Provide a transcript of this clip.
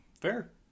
fair